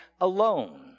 alone